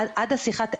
עד השיחה,